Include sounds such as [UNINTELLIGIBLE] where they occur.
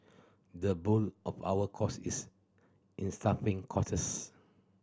the bulk of our costs is in staffing [UNINTELLIGIBLE]